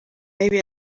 maybe